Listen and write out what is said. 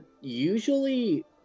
usually